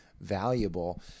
valuable